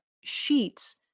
sheets